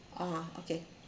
ah okay